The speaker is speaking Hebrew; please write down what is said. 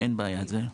אין בעיה עם זה.